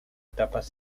etapas